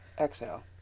exhale